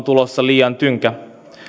tulossa tynkä